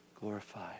glorified